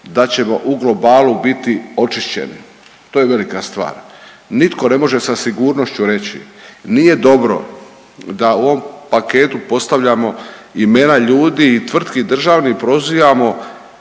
da ćemo u globalu biti očišćeni. To je velika stvar. Nitko ne može sa sigurnošću reći nije dobro da u ovom paketu postavljamo imena ljudi i tvrtki državni, prozivamo,